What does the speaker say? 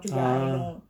ah